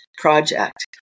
project